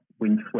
windswept